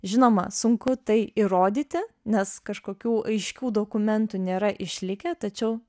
žinoma sunku tai įrodyti nes kažkokių aiškių dokumentų nėra išlikę tačiau